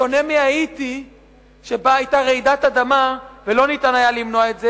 בשונה מהאיטי שבה היתה רעידת אדמה ולא ניתן היה למנוע את זה,